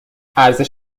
ارزش